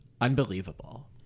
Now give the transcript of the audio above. unbelievable